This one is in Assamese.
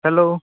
হেল্ল'